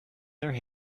their